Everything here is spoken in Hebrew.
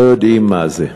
לא יודעים מה זה.